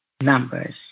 Numbers